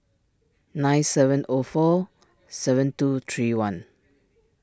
nine seven O four seven two three one